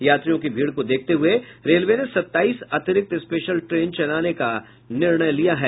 यात्रियों की भीड़ को देखते हुये रेलवे ने सत्ताईस अतिरिक्त स्पेशल ट्रेन चलाने का निर्णय लिया है